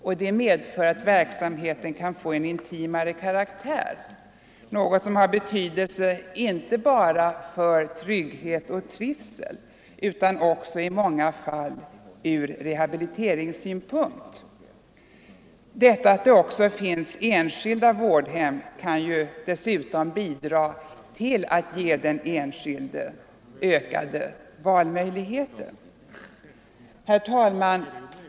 Och det medför att verksamheten kan få en intimare karaktär, något som har betydelse inte bara för trygghet och trivsel utan också i många fall ur rehabiliteringssynpunkt. Det förhållandet att det också finns enskilda vårdhem kan dessutom bidra till att öka den enskildes valmöjligheter. Herr talman!